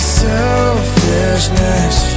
selfishness